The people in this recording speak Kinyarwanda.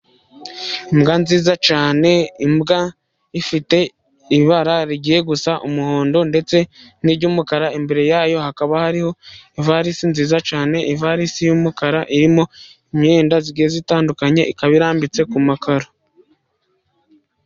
Imbwa nziza cyane, imbwa ifite ibara rigiye gusa umuhondo, ndetse n'iry'umukara. Imbere yayo hakaba hariho ivarisi nziza cyane. Ivalisi y'umukara irimo imyenda itandukanye, ikaba irambitse ku makaro